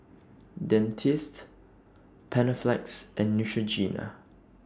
Dentiste Panaflex and Neutrogena